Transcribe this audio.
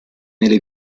nelle